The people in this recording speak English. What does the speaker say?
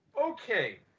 Okay